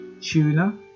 tuna